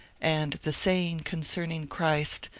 and the saying concerning christ,